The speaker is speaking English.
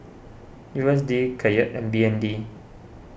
U S D Kyat and B N D